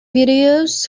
videos